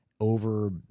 Over